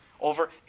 over